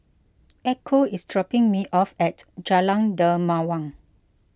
Echo is dropping me off at Jalan Dermawan